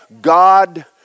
God